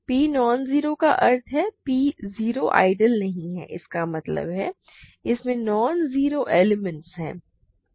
P non zero का अर्थ है P जीरो आइडियल नहीं है इसका मतलब है इसमें नॉन जीरो एलिमेंट हैं